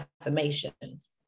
affirmations